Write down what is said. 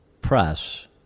press